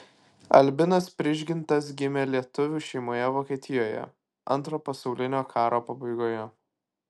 albinas prižgintas gimė lietuvių šeimoje vokietijoje antro pasaulinio karo pabaigoje